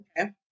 Okay